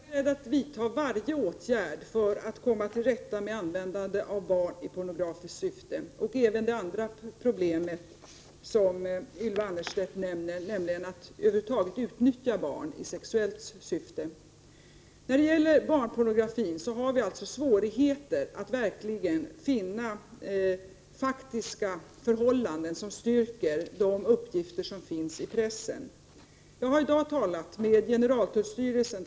Herr talman! Jag är beredd att vidta varje åtgärd för att komma till rätta med användandet av barn i pornografiskt syfte och även beträffande det andra problem som Ylva Annerstedt nämner, nämligen att barn över huvud taget utnyttjas i sexuellt syfte. Beträffande barnpornografin har vi svårigheter att verkligen finna faktiska förhållanden som styrker de uppgifter som finns i pressen. Jag har t.ex. i dag talat med generaltullstyrelsen.